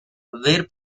where